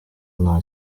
nta